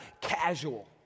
casual